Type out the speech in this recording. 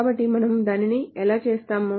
కాబట్టి మనము దానిని ఎలా చేస్తాము